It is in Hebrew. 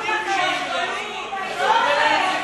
גילאון.